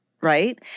Right